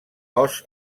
cos